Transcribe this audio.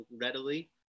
readily